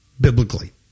biblically